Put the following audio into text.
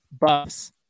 BUFFS